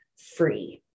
free